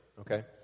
okay